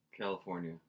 California